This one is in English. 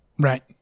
Right